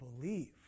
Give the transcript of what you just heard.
believe